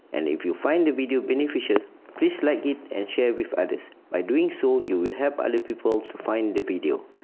and if you find the video beneficial please like it and share with others, by doing so, you will help other people to find the video.